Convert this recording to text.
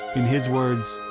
in his words,